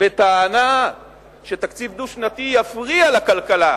בטענה שתקציב דו-שנתי יפריע לכלכלה,